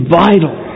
vital